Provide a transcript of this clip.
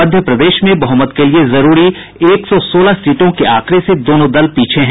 मध्य प्रदेश में बहुमत के लिये जरूरी एक सौ सोलह सीटों के आंकड़े से दोनों दल पीछे हैं